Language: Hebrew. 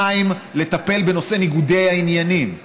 2. לטפל בנושא ניגודי העניינים,